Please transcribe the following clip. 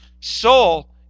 soul